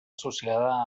associada